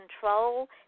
control